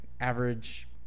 average